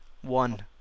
one